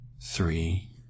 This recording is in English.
Three